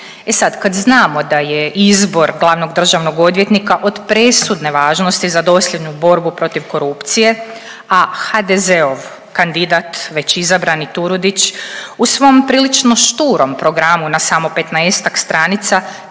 E sad kad znamo da je izbor glavnog državnog odvjetnika od presudne važnosti za dosljednu borbu protiv korupcije, a HDZ-ov kandidat već izabrani Turudić u svom prilično šturom programu na samo 15-tak stranica